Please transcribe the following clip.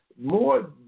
more